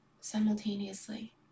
simultaneously